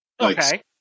Okay